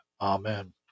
Amen